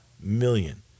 million